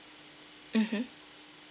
mmhmm